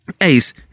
Ace